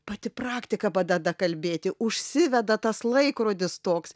pati praktika padeda kalbėti užsiveda tas laikrodis toks